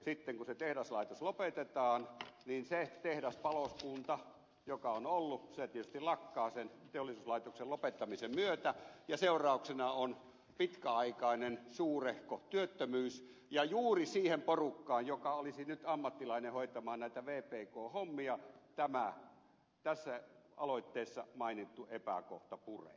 sitten kun se tehdaslaitos lopetetaan niin se tehdaspalokunta joka on ollut tietysti lakkaa teollisuuslaitoksen lopettamisen myötä ja seurauksena on pitkäaikainen suurehko työttömyys ja juuri siihen porukkaan joka olisi nyt ammattilainen hoitamaan näitä vpk hommia tämä tässä aloitteessa mainittu epäkohta puree